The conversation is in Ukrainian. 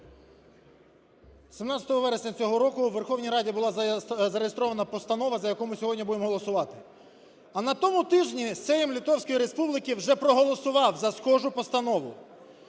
17 вересня цього року у Верховній Раді була зареєстрована постанова, за яку ми сьогодні будемо голосувати, а на тому тижні Сейм Литовської Республіки вже проголосував за схожу постанову.